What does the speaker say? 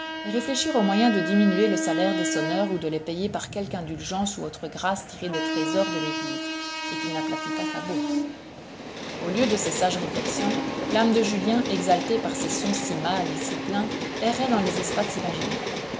réfléchir au moyen de diminuer le salaire des sonneurs ou de les payer par quelque indulgence ou autre grâce tirée des trésors de l'église et qui n'aplatit pas sa bourse au lieu de ces sages réflexions l'âme de julien exaltée par ces sons si mâles et si pleins errait dans les espaces imaginaires